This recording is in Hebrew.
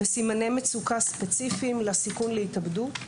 וסימני מצוקה ספציפיים לסיכון להתאבדות.